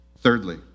Thirdly